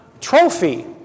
trophy